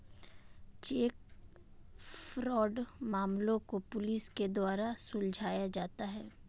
check fraud मामलों को police के द्वारा सुलझाया जाता है